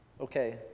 Okay